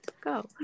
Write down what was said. go